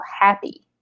happy